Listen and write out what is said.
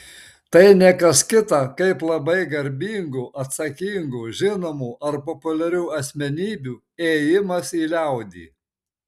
tai ne kas kita kaip labai garbingų atsakingų žinomų ar populiarių asmenybių ėjimas į liaudį